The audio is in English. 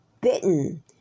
bitten